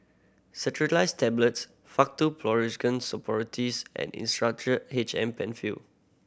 Cetirizine Tablets Faktu Policresulen Suppositories and Insulatard H M Penfill